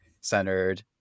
centered